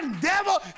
devil